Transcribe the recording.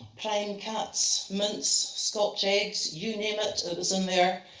prime cuts, mince, scotch eggs you name it, it was in there.